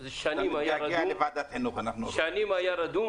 מר רוזן.